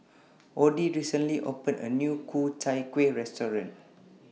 Odie recently opened A New Ku Chai Kuih Restaurant